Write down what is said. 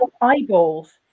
eyeballs